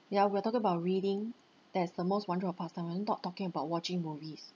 yeah we're talking about reading that's the most wondrous of pastime and not talking about watching movies